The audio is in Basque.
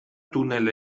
tunel